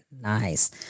Nice